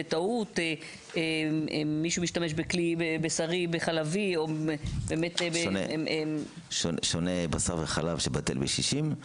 בטעות מישהו משתמש בכלי בשרי בחלבי או --- שונה בשר וחלב שבטל בשישים,